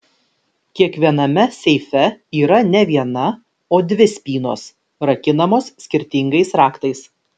kiekviename seife yra ne viena o dvi spynos rakinamos skirtingais raktais